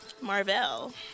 Marvel